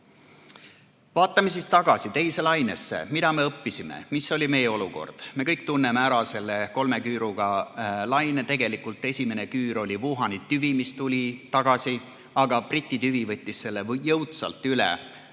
Vaatame tagasi teise lainesse. Mida me õppisime? Milline oli meie olukord? Me kõik tunneme ära selle kolme küüruga laine. Tegelikult esimene küür oli Wuhani tüvi, mis tuli tagasi, aga Briti tüvi võttis selle eelmise